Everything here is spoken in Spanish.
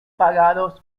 pagados